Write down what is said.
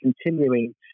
continuing